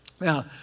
Now